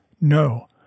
no